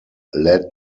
led